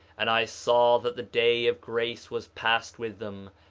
and i saw that the day of grace was passed with them,